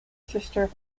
sister